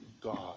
God